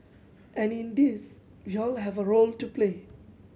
and in this we all have a role to play